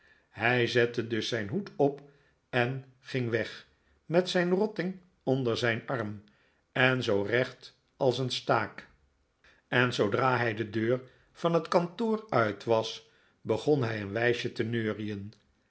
hij zette dus zijn hoed op en ging weg david copperfield met zijn rotting onder zijn arm en zoo recht als een staak en zoodra hij de deur van het kantoor uit was begon hij een wijsje te neurien